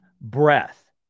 breath